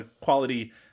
quality